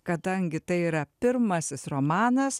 kadangi tai yra pirmasis romanas